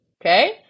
Okay